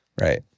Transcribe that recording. right